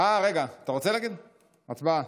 אינה נוכחת,